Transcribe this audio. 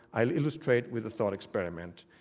i'll illustrate with a thought experiment,